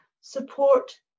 support